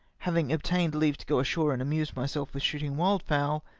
having obtained leave to go ashore and amuse myself with shooting wild fowl,